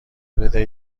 بدهید